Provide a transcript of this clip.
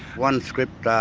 one script um